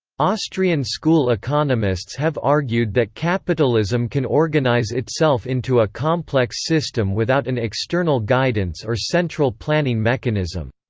austrian school economists have argued that capitalism can organize itself into a complex system without an external guidance or central planning mechanism.